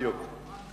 בדיוק.